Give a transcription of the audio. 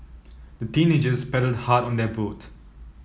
the teenagers paddled hard on their boat